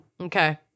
Okay